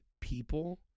people